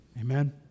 amen